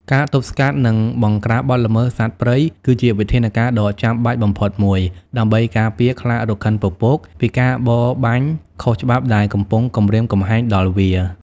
ការទប់ស្កាត់ និងបង្ក្រាបបទល្មើសសត្វព្រៃ គឺជាវិធានការដ៏ចាំបាច់បំផុតមួយ ដើម្បីការពារខ្លារខិនពពក ពីការបរបាញ់ខុសច្បាប់ដែលកំពុងគំរាមកំហែងដល់វា។